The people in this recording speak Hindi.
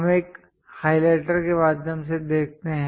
हम एक हाइलाइटर के माध्यम से देखते हैं